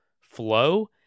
flow